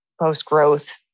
post-growth